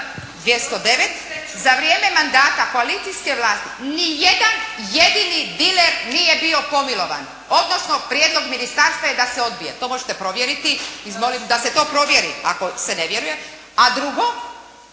Za vrijeme mandata koalicijske Vlasti ni jedan jedini diler nije bio pomilovan. Odnosno prijedlog Ministarstva je da se odbije. To možete provjeriti. Izvolite, da se to provjeri, ako se ne vjeruje. A drugo,